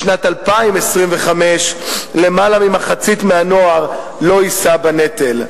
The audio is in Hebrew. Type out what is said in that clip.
בשנת 2025 למעלה ממחצית מהנוער לא תישא בנטל.